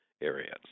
areas